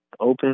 open